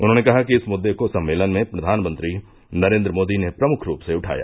उन्होंने कहा कि इस मुद्दे को सम्मेलन में प्रधानमंत्री नरेन्द्र मोदी ने प्रमुख रूप से उठाया